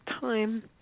time